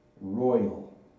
royal